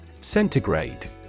Centigrade